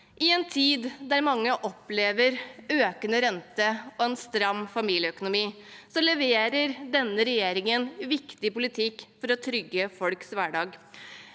I en tid der mange opplever økende rente og en stram familieøkonomi, leverer denne regjeringen viktig politikk for å trygge folks hverdag.